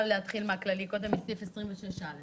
להתחיל מסעיף 26א